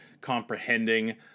comprehending